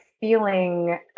feeling